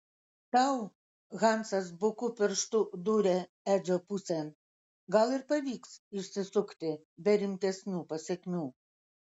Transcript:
tau hansas buku pirštu dūrė edžio pusėn gal ir pavyks išsisukti be rimtesnių pasekmių